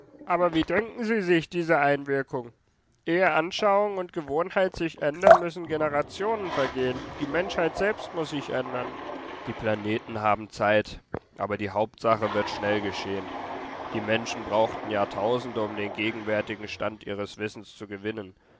aber wie denken sie sich diese einwirkung ehe anschauungen und gewohnheiten sich ändern müssen generationen vergehen die menschheit selbst muß sich ändern die planeten haben zeit aber die hauptsache wird schnell geschehen die menschen brauchten jahrtausende um den gegenwärtigen stand ihres wissens zu gewinnen